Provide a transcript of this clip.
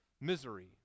misery